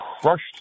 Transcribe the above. crushed